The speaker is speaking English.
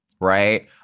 right